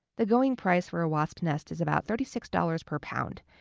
the going price for a wasp nest is about thirty six dollars per pound,